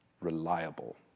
Reliable